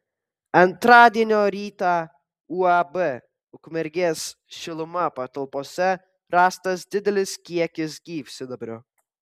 antradienio rytą uab ukmergės šiluma patalpose rastas didelis kiekis gyvsidabrio